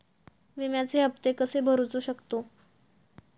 विम्याचे हप्ते कसे भरूचो शकतो?